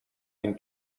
این